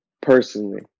Personally